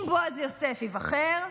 אם בועז יוסף ייבחר,